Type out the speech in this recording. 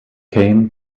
came